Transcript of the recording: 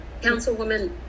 councilwoman